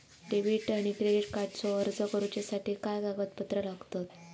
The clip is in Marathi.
डेबिट आणि क्रेडिट कार्डचो अर्ज करुच्यासाठी काय कागदपत्र लागतत?